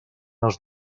els